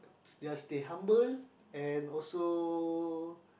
just stay humble and also